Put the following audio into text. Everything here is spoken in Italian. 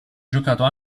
giocato